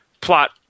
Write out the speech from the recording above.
plot